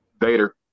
Vader